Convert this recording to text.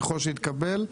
ככל שיתקבל,